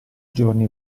giorni